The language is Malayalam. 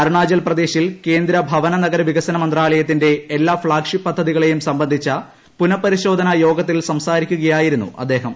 അരുണാചൽ പ്രദേശിൽ കേന്ദ്ര ഭവന നഗര വികസന മന്ത്രാലയത്തിന്റെ എല്ലാ ഫ്ളാഗ്ഷിപ്പ് പദ്ധതികളെയും സംബന്ധിച്ച പുനഃപരിശോധനാ യോഗത്തിൽ സംസാരിക്കുകയായിരുന്നു അദ്ദേഹം